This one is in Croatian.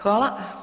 Hvala.